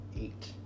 eight